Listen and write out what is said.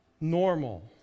normal